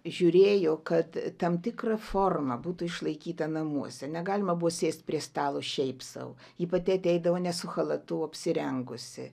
žiūrėjo kad tam tikra forma būtų išlaikyta namuose negalima buvo sėst prie stalo šiaip sau ji pati ateidavo ne su chalatu o apsirengusi